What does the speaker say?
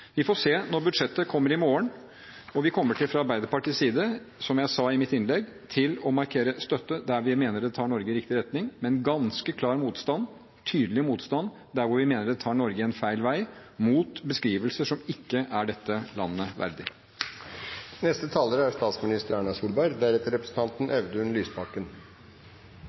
Vi får se når budsjettet kommer i morgen. Vi kommer, som jeg sa i mitt innlegg, fra Arbeiderpartiets side til å markere støtte der vi mener det tar Norge i riktig retning, men markere ganske klar motstand, tydelig motstand, der hvor vi mener det tar Norge i en feil retning, mot beskrivelser som ikke er dette landet